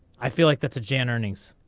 i feel like that's a jan earnings.